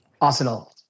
Arsenal